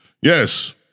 Yes